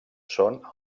són